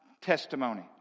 testimony